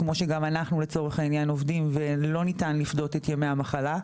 כמו שאנחנו גם לצורך העניין עובדים ולא ניתן לפדות את ימי המחלה.